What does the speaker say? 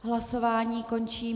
Hlasování končím.